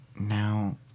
Now